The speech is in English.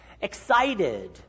excited